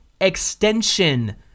extension